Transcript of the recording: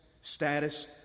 status